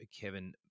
Kevin